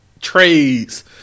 trades